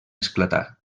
esclatar